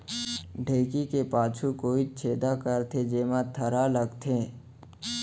ढेंकी के पाछू कोइत छेदा करथे, जेमा थरा लगथे